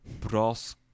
brass